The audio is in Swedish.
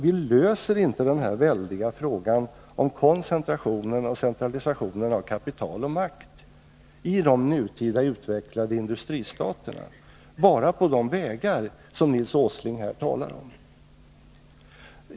Vi löser inte detta väldiga problem om koncentrationen av kapital och makt i de nutida utvecklade industristaterna bara på de vägar som Nils Åsling här talar om.